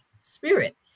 spirit